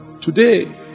Today